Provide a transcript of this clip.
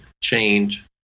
change